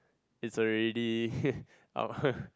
is already